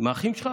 מהאחים שלך?